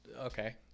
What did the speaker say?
Okay